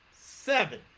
seven